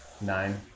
Nine